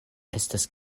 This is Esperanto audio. estas